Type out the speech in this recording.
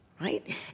right